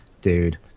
dude